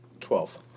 Twelve